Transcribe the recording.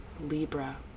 Libra